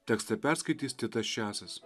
tekstą perskaitys titas čiasas